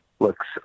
Looks